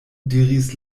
diris